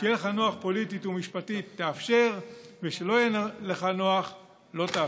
כשיהיה לך נוח פוליטית ומשפטית תאפשר וכשלא יהיה לך נוח לא תאפשר.